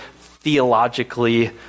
theologically